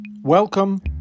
Welcome